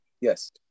Yes